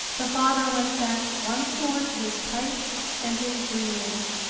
the father went back once more to his pipe and his dreams.